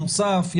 נוסף,